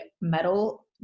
metal